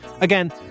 again